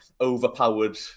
overpowered